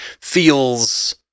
feels